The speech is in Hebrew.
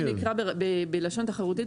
מה שנקרא בלשון תחרותית,